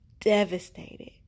devastated